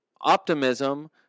optimism